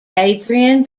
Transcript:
adrian